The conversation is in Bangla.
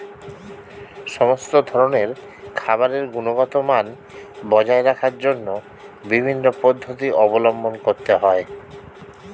সমস্ত ধরনের খাবারের গুণগত মান বজায় রাখার জন্য বিভিন্ন পদ্ধতি অবলম্বন করতে হয়